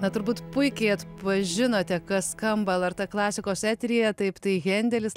na turbūt puikiai atpažinote kas skamba lrt klasikos eteryje taip tai hendelis